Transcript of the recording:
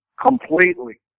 completely